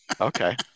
okay